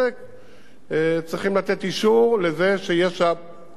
צריכים לתת אישור לזה שיהיה שם כביש קודם כול.